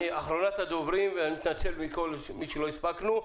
אחרונת הדוברים, ואני מתנצל מכל מי שלא הספקנו.